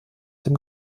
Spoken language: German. dem